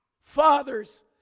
Fathers